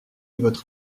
votre